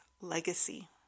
legacy